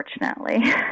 unfortunately